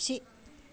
आख्सि